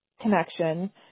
connection